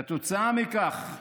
כתוצאה מכך,